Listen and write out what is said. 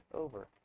over